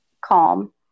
calm